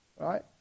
right